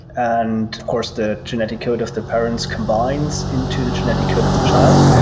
and course, the genetic code of the parents combines into the genetic code of the child.